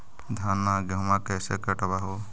धाना, गेहुमा कैसे कटबा हू?